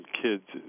kids